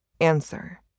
Answer